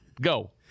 Go